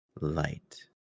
light